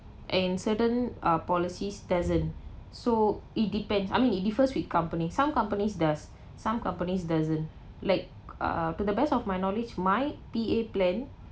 and certain uh policies doesn't so it depends I mean it refers with company some companies does some companies doesn't like uh to the best of my knowledge my P_A plan